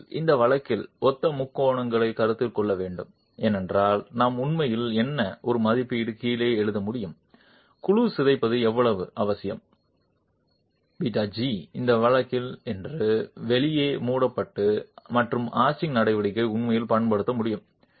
நீங்கள் இந்த வழக்கில் ஒத்த முக்கோணங்கள் கருத்தில் கொள்ள வேண்டும் என்றால் நாம் உண்மையில் என்ன ஒரு மதிப்பீடு கீழே எழுத முடியும் குழு சிதைப்பது எவ்வளவு அவசியம் Δg இந்த வழக்கில் என்று இடைவெளி மூடப்பட்டது மற்றும் ஆர்ச்சிங் நடவடிக்கை உண்மையில் பயன்படுத்த முடியும்